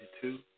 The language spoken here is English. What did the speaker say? two